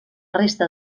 resta